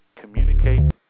Communicate